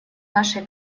нашей